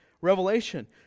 revelation